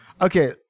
okay